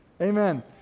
amen